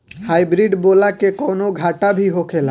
Hybrid बोला के कौनो घाटा भी होखेला?